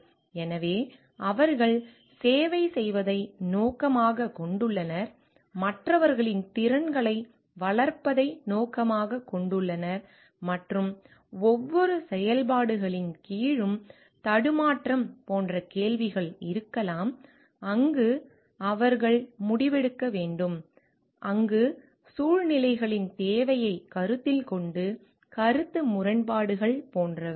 எனவே அவர்கள் சேவை செய்வதை நோக்கமாகக் கொண்டுள்ளனர் மற்றவர்களின் திறன்களை வளர்ப்பதை நோக்கமாகக் கொண்டுள்ளனர் மற்றும் ஒவ்வொரு செயல்பாடுகளின் கீழும் தடுமாற்றம் போன்ற கேள்விகள் இருக்கலாம் அங்கு அவர்கள் முடிவெடுக்க வேண்டும் அங்கு சூழ்நிலைகளின் தேவையை கருத்தில் கொண்டு கருத்து முரண்பாடுகள் போன்றவை